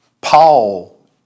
Paul